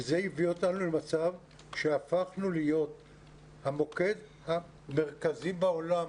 וזה הביא אותנו למצב שהפכנו להיות המוקד המרכזי בעולם